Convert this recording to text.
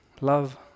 Love